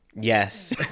yes